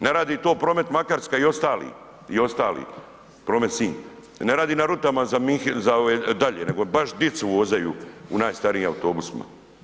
Ne radi to Promet Makarska i ostali Promet Sinj, ne radi na rutama za ove dalje nego baš dicu vozaju u najstarijim autobusima.